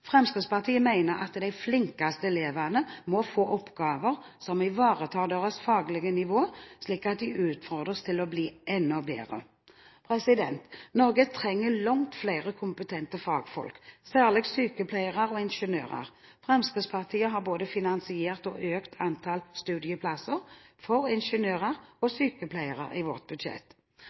Fremskrittspartiet mener at de flinkeste elevene må få oppgaver som ivaretar deres faglige nivå, slik at de utfordres til å bli enda bedre. Norge trenger langt flere kompetente fagfolk, særlig sykepleiere og ingeniører. Fremskrittspartiet har både finansiert og økt antallet studieplasser for ingeniører og sykepleiere i sitt budsjett.